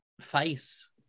face